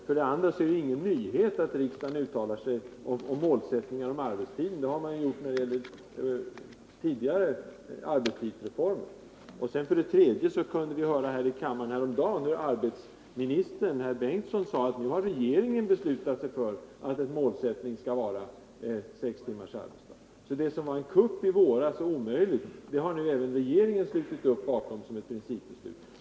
För det andra är det ingen nyhet att riksdagen uttalar sig om målsättningen när det gäller arbetstiden. Det har man gjort i fråga om tidigare arbetstidsreformer. För det tredje kunde vi häromdagen höra här i kammaren hur arbetsmarknadsministern Bengtsson sade att regeringen beslutat sig för att målsättningen skall vara sex timmars arbetsdag. Det som var en kupp i våras och omöjligt att genomföra, har alltså regeringen nu slutit upp bakom genom sitt principbeslut.